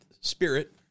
spirit